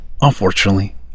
unfortunately